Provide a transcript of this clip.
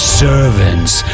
servants